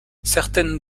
certaines